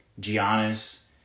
Giannis